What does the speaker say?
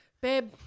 Babe